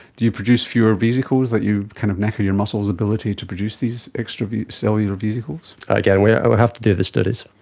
do you produce fewer vesicles, do you kind of knacker your muscles' ability to produce these extracellular vesicles? again, we'll we'll have to do the studies.